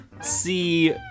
see